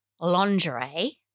lingerie